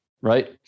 right